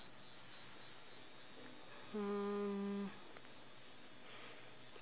mm